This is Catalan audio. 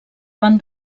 van